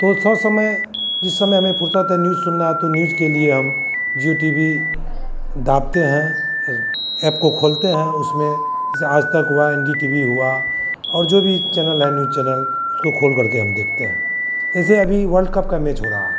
तो सौ समय जिस समय हमें फुर्सत है न्यूज सुनना है तो न्यूज के लिए हम जिओ टी वी दाबते हैं फिर ऐप को खोलते हैं उसमें जैसे आज़ तक हुआ एन डी टी वी हुआ और जो भी चैनल है न्यूज चैनल उसको खोलकर के हम देखते हैं जैसे अभी वल्ड कप का मैच हो रहा है